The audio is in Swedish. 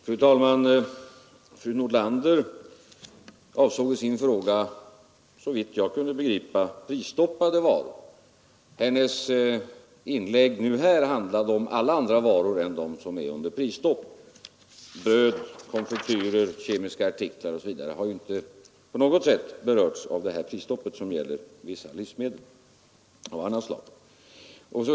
Fru talman! Fru Nordlander avsåg med sin fråga såvitt jag kunnat begripa prisstoppade varor, men hennes inlägg här handlade om alla andra varor än dem som är under prisstopp. Bröd, konfektyrer, kemisk-tekniska artiklar osv. har ju inte på något sätt berörts av det prisstopp som gäller vissa livsmedel.